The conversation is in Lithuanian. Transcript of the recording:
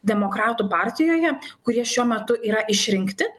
demokratų partijoje kurie šiuo metu yra išrinkti